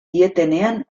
dietenean